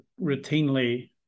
routinely